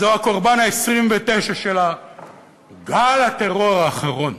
זה הקורבן ה-29 של גל הטרור האחרון.